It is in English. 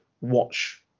watch